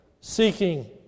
seeking